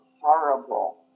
horrible